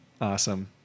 Awesome